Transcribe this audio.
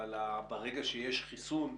אבל ברגע שיש חיסון,